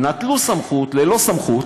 נטלו סמכות ללא סמכות,